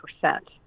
percent